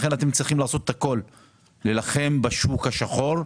לכן אתם צריכים את הכול כדי להילחם בשוק השחור.